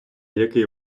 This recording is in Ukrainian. який